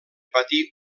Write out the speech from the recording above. patir